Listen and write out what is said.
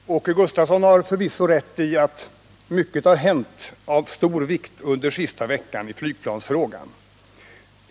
Herr talman! Åke Gustavsson har förvisso rätt i att mycket av stor vikt i flygplansfrågan har hänt under den senaste veckan.